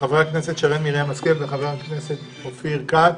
חברי הכנסת שרן מרים השכל וחבר הכנסת אופיר כץ.